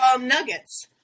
nuggets